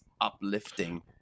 uplifting